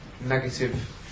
negative